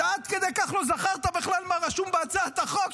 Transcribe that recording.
אתה עד כדי כך לא זכרת בכלל מה רשום בהצעת החוק,